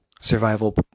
survival